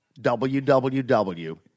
Www